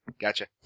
Gotcha